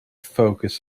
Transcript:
focus